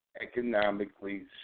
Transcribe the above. economically